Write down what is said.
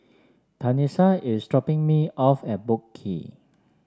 Tanisha is dropping me off at Boat Quay